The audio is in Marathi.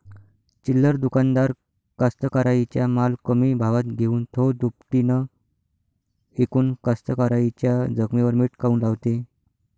चिल्लर दुकानदार कास्तकाराइच्या माल कमी भावात घेऊन थो दुपटीनं इकून कास्तकाराइच्या जखमेवर मीठ काऊन लावते?